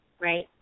right